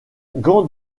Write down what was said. gants